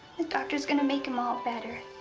the doctor is going to make him all better.